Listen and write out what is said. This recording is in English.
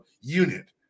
unit